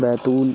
Betul